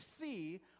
see